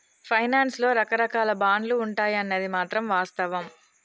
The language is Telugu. ఫైనాన్స్ లో రకరాకాల బాండ్లు ఉంటాయన్నది మాత్రం వాస్తవం